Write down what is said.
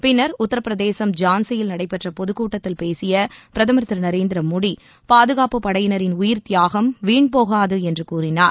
பின்னர் உத்தரப்பிரதேசம் ஜான்சியில் நடைபெற்ற பொதுக் கூட்டத்தில் பேசிய பிரதமர் திரு நரேந்திர மோடி பாதுகாப்புப் படையினரின் உயிர்த்தியாகம் வீண்போகாது என்று கூறினார்